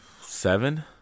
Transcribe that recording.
Seven